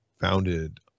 founded